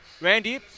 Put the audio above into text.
Randy